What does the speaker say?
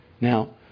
Now